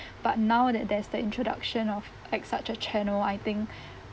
but now that there's the introduction of at such a channel I think